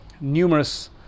numerous